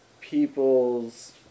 people's